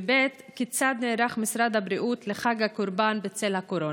2. כיצד נערך משרד הבריאות לחג הקורבן בצל הקורונה?